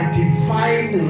divine